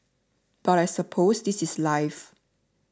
but I suppose this is life